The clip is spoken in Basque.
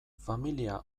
familia